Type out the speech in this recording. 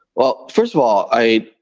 well, first of all, i,